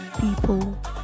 people